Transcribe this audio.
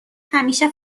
همیشه